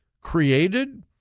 created